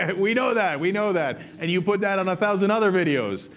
and we know that. we know that. and you put that on a thousand other videos.